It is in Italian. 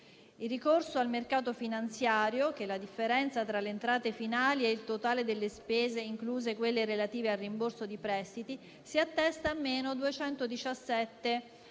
Il ricorso al mercato finanziario, che è la differenza tra le entrate finali e il totale delle spese, incluse quelle relative al rimborso di prestiti, si attesta a meno 217,6